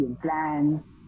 plans